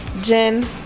Jen